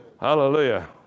Hallelujah